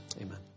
amen